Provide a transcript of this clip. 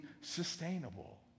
sustainable